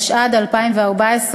התשע"ד 2014,